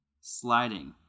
sliding